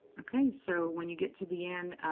ok. so when you get to the end,